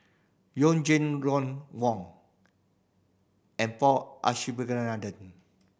You Jin Ron Wong and Paul Abisheganaden